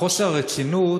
חוסר הרצינות